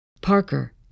Parker